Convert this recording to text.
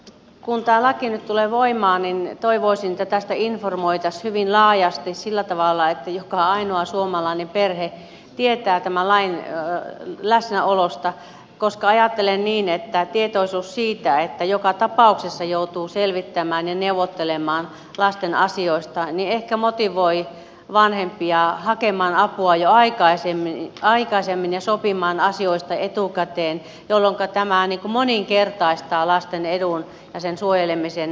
kun tämä laki nyt tulee voimaan niin toivoisin että tästä informoitaisiin hyvin laajasti sillä tavalla että joka ainoa suomalainen perhe tietää tämän lain läsnäolosta koska ajattelen niin että tietoisuus siitä että joka tapauksessa joutuu selvittämään ja neuvottelemaan lasten asioista ehkä motivoi vanhempia hakemaan apua jo aikaisemmin ja sopimaan asioista etukäteen jolloinka tämä moninkertaistaa lasten edun ja sen suojelemisen tämän lain kautta